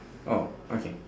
oh okay